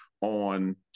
on